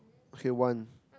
okay one